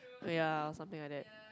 ya or something like that